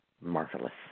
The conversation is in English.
marvelous